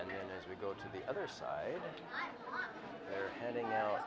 and then as we go to the other side heading out